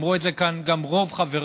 אמרו את זה כאן גם רוב חבריי